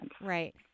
right